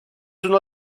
uno